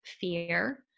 fear